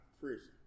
prison